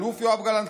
האלוף יואב גלנט,